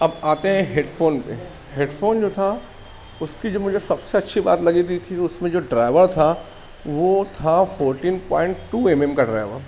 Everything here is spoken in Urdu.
اب آتے ہیں ہیڈ فون پہ ہیڈ فون جو تھا اس کی جو مجھے سب سے اچھی بات لگی تھی کہ اس میں جو ڈرائیور تھا وہ تھا fourteen point two M M کا ڈرائیور